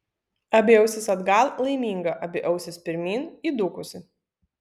abi ausys atgal laiminga abi ausys pirmyn įdūkusi